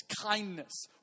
Kindness